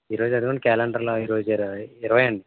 ఈ రోజు అదిగోండి క్యాలెండర్లో ఈ రోజు ఇరవై ఇరవై అండి